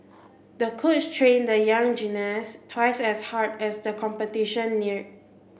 the coach trained the young gymnast twice as hard as the competition neared